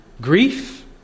grief